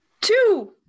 two